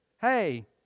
Hey